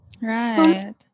Right